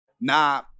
Nah